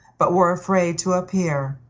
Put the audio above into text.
but were afraid to appear.